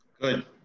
Good